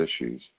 issues